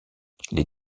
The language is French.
les